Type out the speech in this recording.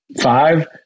five